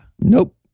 Nope